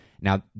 Now